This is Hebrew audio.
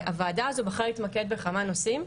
הוועדה הזו בחרה להתמקד בכמה נושאים,